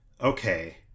okay